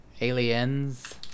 Aliens